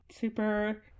super